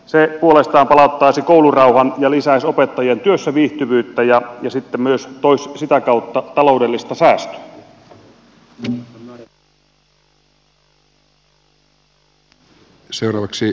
se puolestaan palauttaisi koulurauhan ja lisäisi opettajien työviihtyvyyttä ja sitten myös toisi sitä kautta taloudellista säästöä